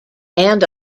and